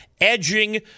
edging